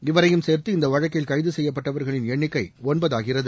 இவரையும் சேர்த்து இந்த வழக்கில் கைது செய்யப்பட்டவர்களின் எண்ணிக்கை ஒன்பதாகிறது